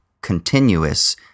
continuous